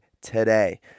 today